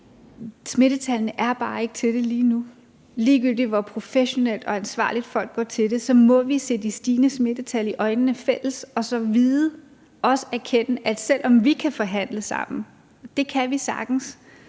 Smittetallene er bare ikke til det lige nu; ligegyldigt hvor professionelt og ansvarligt folk går til det, må vi se de stigende smittetal i øjnene i fællesskab og så vide og erkende, at selv om vi kan forhandle sammen, for det kan vi sagtens,